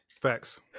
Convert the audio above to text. facts